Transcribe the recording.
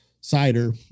cider